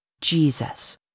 Jesus